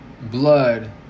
blood